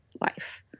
life